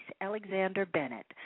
Alexander-Bennett